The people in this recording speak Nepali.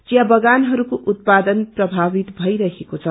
विया बगानहरूको उत्पादन प्रभावित भइरहेछ